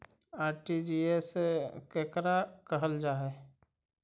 RTGS केकरा कहल जा है?